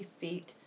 feet